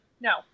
No